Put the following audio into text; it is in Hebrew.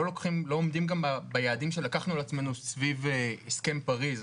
עומדים גם ביעדים שלקחנו על עצמנו סביב הסכם פריז,